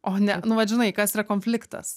o ne nu vat žinai kas yra konfliktas